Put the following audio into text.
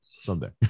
someday